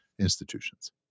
institutions